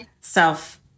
self